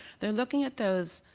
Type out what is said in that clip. they're looking at those